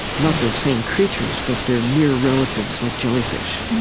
not those same creatures, but their near relatives, like jellyfish